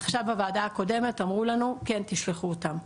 עכשיו בוועדה הקודמת אמרו לנו כן תשלחו אותם.